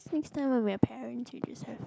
next time when we are parents we just have